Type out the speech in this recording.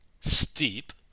steep